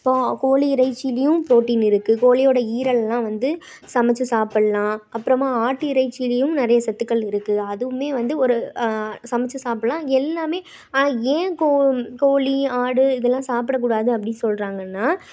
இப்போது கோழி இறைச்சிலையும் புரோட்டின் இருக்குது கோழியோட ஈரலெலாம் வந்து சமைச்சு சாப்பிட்லாம் அப்புறமா ஆட்டு இறைச்சிலையும் நிறைய சத்துக்கள் இருக்குது அதுவும் வந்து ஒரு சமைச்சு சாப்பிட்லாம் எல்லாமே ஏ கோ கோழி ஆடு இதெல்லாம் சாப்பிடக் கூடாது அப்படி சொல்றாங்கன்னால்